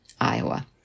Iowa